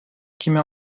kimi